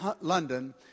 London